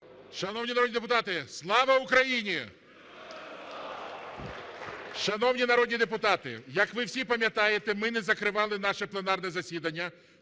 Шановні народні депутати, слава Україні! Шановні народні депутати, як ви всі пам'ятаєте, ми не закривали наше пленарне засідання,